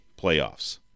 playoffs